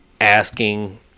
asking